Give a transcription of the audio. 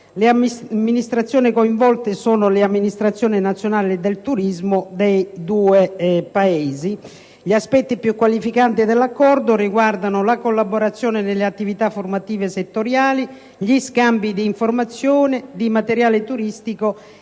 Le amministrazioni coinvolte sono le amministrazioni nazionali del turismo dei due Paesi. Gli aspetti più qualificanti dell'Accordo riguardano la collaborazione nelle attività formative settoriali; gli scambi di informazione, di materiale turistico